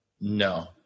No